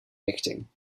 richting